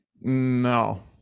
no